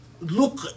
look